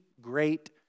Great